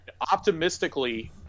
Optimistically